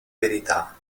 verità